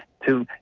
two.